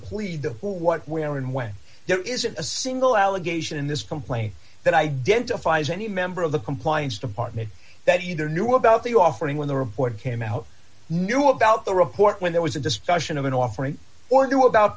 plead to who what where and when there isn't a single allegation in this complaint that identifies any member of the compliance department that either knew about the offering when the report came out knew about the report when there was a discussion of an offering or knew about